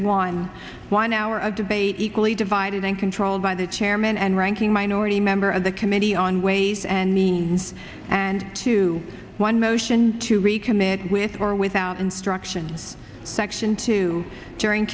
one one hour of debate equally divided and controlled by the chairman and ranking minority member of the committee on ways and means and two one motion to recommit with or without instruction section two during